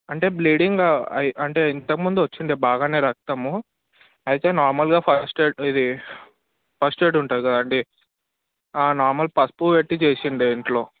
అంటే బ్లీడింగ్ అయి అంటే ఇంతకముందు వచ్చి ఉండే బాగా రక్తము అయితే నార్మల్గా ఫస్ట్ ఎయిడ్ ఇది ఫస్ట్ ఎయిడ్ ఉంటుంది కదండి నార్మల్ పసుపు పెట్టి చేసి ఉండే ఇంట్లో